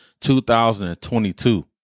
2022